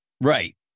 Right